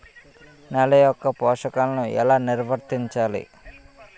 నెల యెక్క పోషకాలను ఎలా నిల్వర్తించాలి